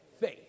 faith